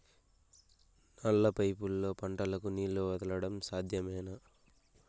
నల్ల పైపుల్లో పంటలకు నీళ్లు వదలడం సాధ్యమేనా?